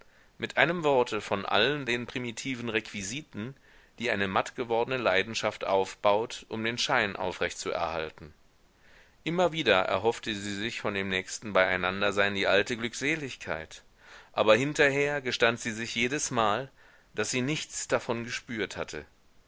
mit einem worte von allen den primitiven requisiten die eine mattgewordne leidenschaft aufbaut um den schein aufrecht zu erhalten immer wieder erhoffte sie sich von dem nächsten beieinandersein die alte glückseligkeit aber hinterher gestand sie sich jedesmal daß sie nichts davon gespürt hatte